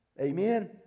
Amen